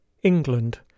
england